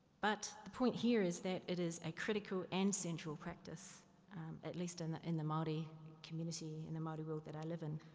but the point here is that it is a critical and central practice at least in the in the maori community and the maori world that i live in.